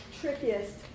trickiest